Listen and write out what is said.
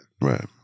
Right